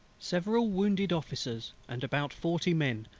several wounded officers, and about forty men,